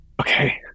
Okay